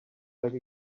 like